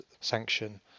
sanction